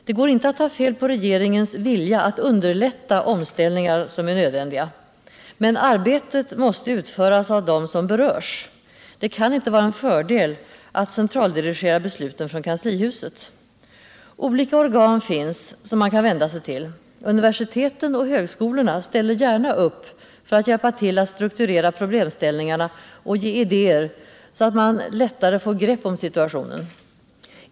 Det går inte att ta fel på regeringens vilja att underlätta nödvändiga omställningar, men arbetet måste utföras av dem som berörs. Det kan inte vara en fördel att centraldirigera besluten från kanslihuset. Olika organ finns som man kan vända sig till. Universiteten och högskolorna ställer gärna upp för att hjälpa-till att strukturera problemställningarna och ge idéer, så att man får bättre grepp om situationen.